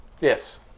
Yes